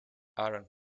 aaron